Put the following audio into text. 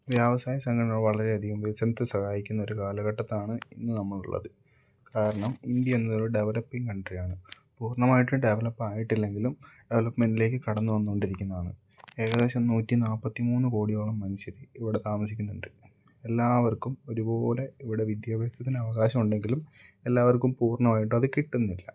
വ്യാവസായ സംഘടനകൾ വളരെ അധികം വികസനത്തെ സഹായിക്കുന്നൊരു കാലഘട്ടത്തിലാണ് ഇന്ന് നമ്മളുള്ളത് കാരണം ഇന്ത്യ എന്നതൊരു ഡെവലപ്പിങ് കൺട്രി ആണ് പൂർണ്ണമായിട്ടും ഡെവലപ്പ് ആയിട്ടില്ലെങ്കിലും ഡെവലപ്മെൻ്റിലേക്ക് കടന്നു വന്നുകൊണ്ടിരിക്കുന്നതാണ് ഏകദേശം നൂറ്റി നാൽപ്പത്തിമൂന്ന് കോടിയോളം മനുഷ്യർ ഇവിടെ താമസിക്കുന്നുണ്ട് എല്ലാവർക്കും ഒരുപോലെ ഇവിടെ വിദ്യാഭ്യാസത്തിന് അവകാശം ഉണ്ടെങ്കിലും എല്ലാവർക്കും പൂർണ്ണമായിട്ടത് കിട്ടുന്നില്ല